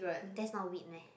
that's not weed meh